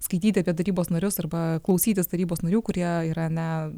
skaityti apie tarybos narius arba klausytis tarybos narių kurie yra ne